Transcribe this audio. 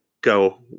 Go